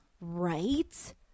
right